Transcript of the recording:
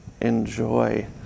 enjoy